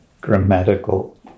grammatical